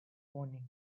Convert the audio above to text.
warnings